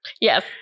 Yes